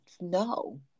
No